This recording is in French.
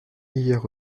hier